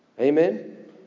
Amen